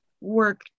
work